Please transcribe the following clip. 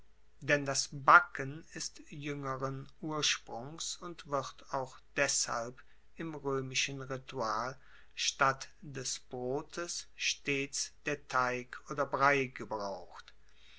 denn das backen ist juengeren ursprungs und wird auch deshalb im roemischen ritual statt des brotes stets der teig oder brei gebraucht